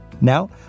Now